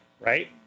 right